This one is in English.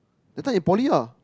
that time in poly lah